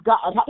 God